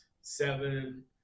seven